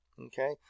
Okay